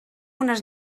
unes